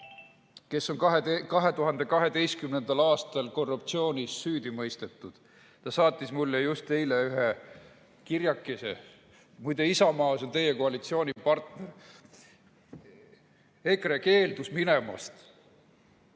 kes on 2012. aastal korruptsioonis süüdi mõistetud. Ta saatis mulle just eile ühe kirjakese. Muide, Isamaa, see oli teie koalitsioonipartner. EKRE keeldus minemast